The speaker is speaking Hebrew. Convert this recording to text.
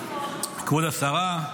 כבוד השרה,